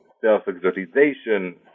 self-exotization